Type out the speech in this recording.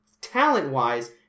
talent-wise